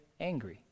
angry